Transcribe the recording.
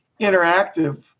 interactive